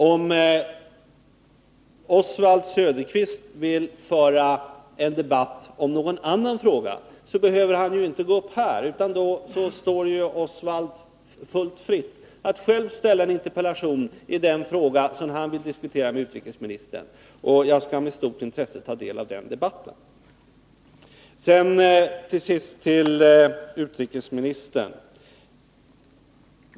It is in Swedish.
Om Oswald Söderqvist vill föra en debatt om någon annan fråga, så behöver han inte gå upp i den här debatten, utan då står det honom fritt att själv framställa en interpellation i den fråga som han vill diskutera med utrikesministern. Jag skall med stort intresse ta del av den debatten. Till sist vill jag vända mig till utrikesministern.